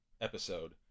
episode